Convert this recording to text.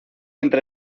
entre